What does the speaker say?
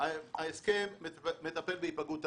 ההסכם מטפל בהיפגעות תלמידים.